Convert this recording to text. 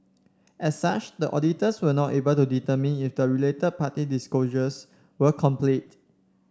as such the auditors were not able to determine if the related party disclosures were complete